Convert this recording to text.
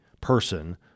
person